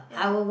yeah